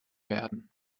werden